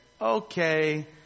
okay